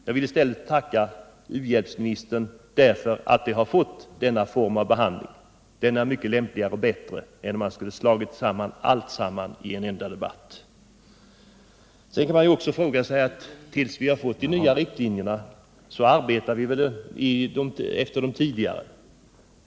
Jag vill i stället tacka biståndsministern för att vi har fått denna form av behandling — den är mycket lämpligare och bättre än om allt hade slagits samman i en enda debatt. Tills vi har fått de nya riktlinjerna bör vi väl arbeta efter de tidigare.